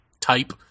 type